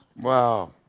Wow